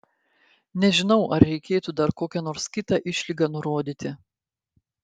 nežinau ar reikėtų dar kokią nors kitą išlygą nurodyti